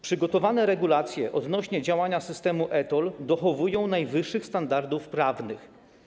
Przygotowane regulacje odnośnie do działania systemu e-TOLL dochowują najwyższych standardów prawnych.